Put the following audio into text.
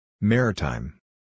Maritime